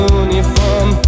uniform